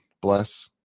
bless